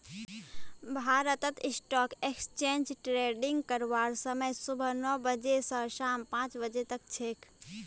भारतत stock exchange trading करवार समय सुबह नौ बजे स शाम पांच बजे तक छेक